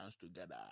together